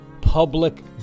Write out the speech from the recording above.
public